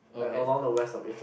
like along the west of Italy